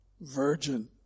virgin